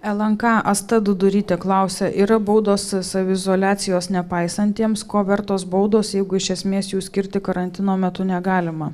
lnk asta dudurytė klausia yra baudos saviizoliacijos nepaisantiems ko vertos baudos jeigu iš esmės jų skirti karantino metu negalima